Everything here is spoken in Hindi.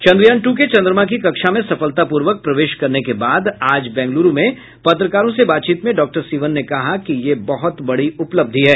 चन्द्रयान टू के चन्द्रमा की कक्षा में सफलतापूर्वक प्रवेश करने के बाद आज बंगलूरू में पत्रकारों से बातचीत में डॉक्टर सिवन ने कहा कि यह बहुत बड़ी उपलब्धि है